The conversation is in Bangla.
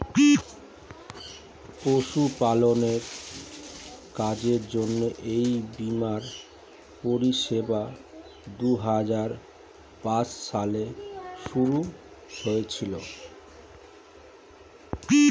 পশুপালনের কাজের জন্য এই বীমার পরিষেবা দুহাজার পাঁচ সালে শুরু হয়েছিল